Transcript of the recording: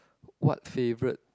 what favourite